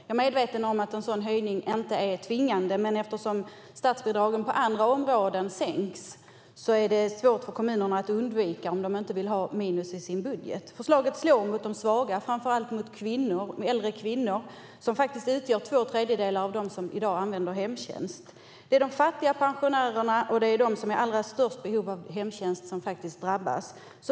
Jag är medveten om att en sådan höjning inte är tvingande, men eftersom statsbidragen på andra områden sänks är detta svårt för kommunerna att undvika om de inte vill ha minus i sin budget. Förslaget slår mot de svaga, framför allt mot äldre kvinnor, som utgör två tredjedelar av dem som i dag använder hemtjänst. Det är de fattiga pensionärerna och de som är i allra störst behov av hemtjänst som drabbas.